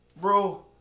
bro